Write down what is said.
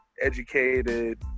educated